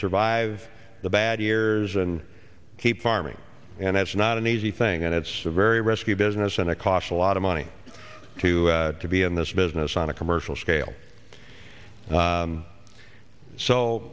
survive the bad years and keep farming and that's not an easy thing and it's a very risky business and it costs a lot of money to to be in this business on a commercial scale